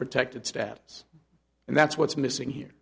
protected status and that's what's missing here